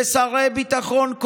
ושרי הביטחון,